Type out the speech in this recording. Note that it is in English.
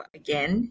again